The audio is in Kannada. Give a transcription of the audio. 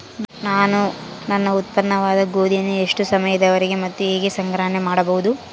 ನಾನು ನನ್ನ ಉತ್ಪನ್ನವಾದ ಗೋಧಿಯನ್ನು ಎಷ್ಟು ಸಮಯದವರೆಗೆ ಮತ್ತು ಹೇಗೆ ಸಂಗ್ರಹಣೆ ಮಾಡಬಹುದು?